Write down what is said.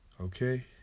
okay